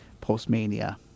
post-mania